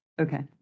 Okay